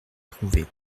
trouver